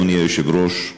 אדוני היושב-ראש.